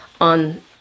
on